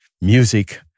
music